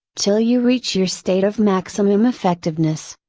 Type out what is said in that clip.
till you reach your state of maximum effectiveness.